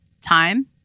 time